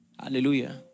Hallelujah